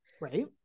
right